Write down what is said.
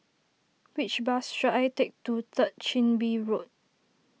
which bus should I take to Third Chin Bee Road